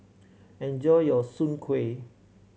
enjoy your Soon Kuih